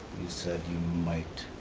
said you might?